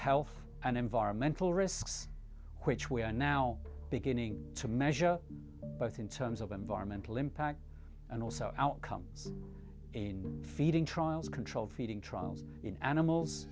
health and environmental risks which we are now beginning to measure both in terms of environmental impact and also outcome in feeding trials controlled feeding trials in animals